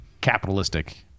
capitalistic